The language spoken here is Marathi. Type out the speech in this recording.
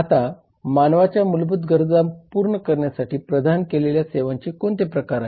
आता मानवाच्या मूलभूत गरजा पूर्ण करण्यासाठी प्रदान केलेल्या सेवांचे कोणते प्रकार आहेत